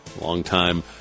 longtime